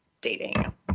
dating